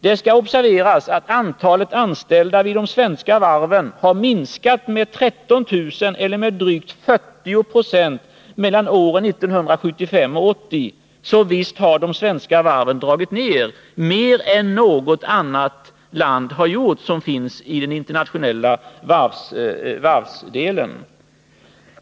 Det skall observeras att antalet anställda vid de svenska varven har minskat med 13 000 eller med drygt 40 920 mellan åren 1975 och 1980. Så visst har de svenska varven dragits ner — mer än något annat land i den internationella varvsindustrin har gjort.